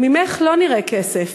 ממך לא נראה כסף.